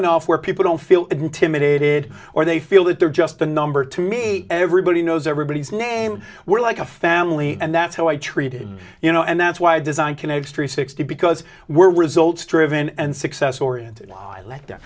enough where people don't feel intimidated or they feel that they're just the number to me everybody knows everybody's name we're like a family and that's how i treated you know and that's why design can extra sixty because we're results driven and success oriented